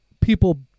people